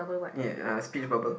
yea uh speech bubble